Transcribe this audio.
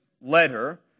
letter